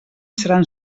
seran